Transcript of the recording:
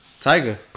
Tiger